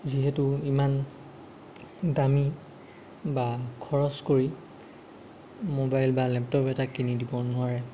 যিহেতু ইমান দামী বা খৰছ কৰি ম'বাইল বা লেপটপ এটা কিনি দিব নোৱাৰে